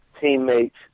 teammates